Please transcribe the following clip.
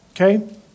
Okay